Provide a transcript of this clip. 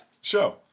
show